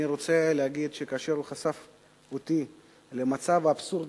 אני רוצה להגיד שכאשר הוא חשף אותי למצב האבסורדי